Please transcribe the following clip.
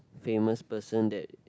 famous person that